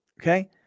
Okay